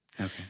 Okay